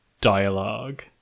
dialogue